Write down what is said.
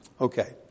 Okay